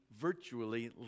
virtually